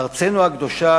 ארצנו הקדושה,